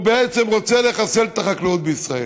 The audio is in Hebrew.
הוא בעצם רוצה לחסל את החקלאות בישראל,